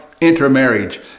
intermarriage